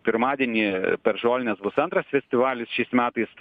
pirmadienį per žolines bus antras festivalis šiais metais